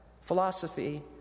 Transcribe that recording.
philosophy